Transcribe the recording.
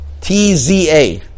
T-Z-A